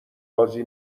بازی